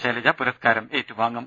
ശൈലജ പുരസ്കാരം ഏറ്റുവാങ്ങും